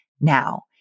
now